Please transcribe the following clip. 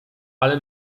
ale